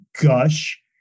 gush